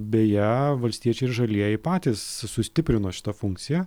beje valstiečiai ir žalieji patys sustiprino šitą funkciją